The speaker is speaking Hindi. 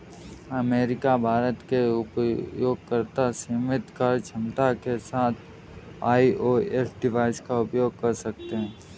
अमेरिका, भारत के उपयोगकर्ता सीमित कार्यक्षमता के साथ आई.ओ.एस डिवाइस का उपयोग कर सकते हैं